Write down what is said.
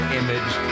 image